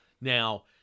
Now